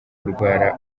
kurwara